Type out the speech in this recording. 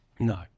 No